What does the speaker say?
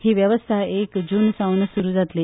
ही वेवस्था एक जून सावन सुरू जातली